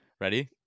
Ready